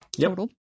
total